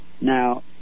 Now